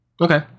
Okay